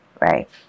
Right